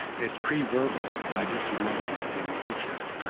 it's preverbal. i just remember it in in pictures.